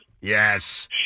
Yes